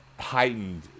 heightened